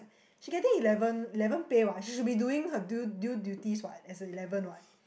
she getting eleven eleven pay what she should be doing her due due duties what as an eleven what